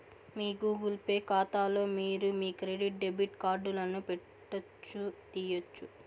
మీ Google Pay కాతాలో మీరు మీ క్రెడిట్ డెబిట్ కార్డులను పెట్టొచ్చు, తీయొచ్చు